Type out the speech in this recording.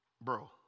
bro